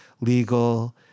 legal